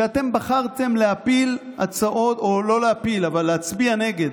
שאתם בחרתם להפיל או לא להפיל, אבל להצביע נגד,